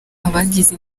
abagize